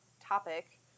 topic